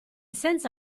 senza